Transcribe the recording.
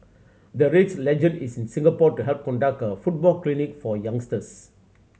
the Reds legend is in Singapore to help conduct a football clinic for youngsters